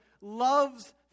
love's